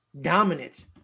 dominant